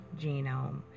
genome